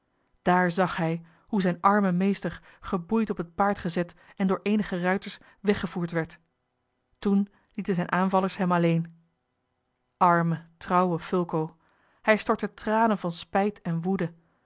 daar zag hij hoe zijn arme meester geboeid op het paard gezet en door eenige ruiters weggevoerd werd toen lieten zijne aanvallers hem alleen arme trouwe fulco hij stortte tranen van spijt en woede